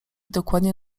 dokładnie